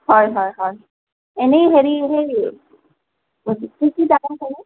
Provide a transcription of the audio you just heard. হয় হয় হয় এনেই হেৰি সেই